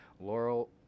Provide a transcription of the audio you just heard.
Laurel